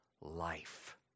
life